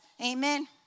Amen